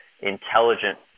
intelligent